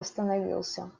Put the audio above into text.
остановился